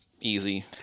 Easy